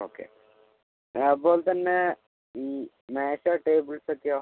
okay ആ അതുപോലെത്തന്നെ ഈ മേശ ടേബിൾസൊക്കെയോ